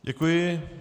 Děkuji.